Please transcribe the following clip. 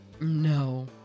No